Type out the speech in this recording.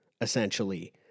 essentially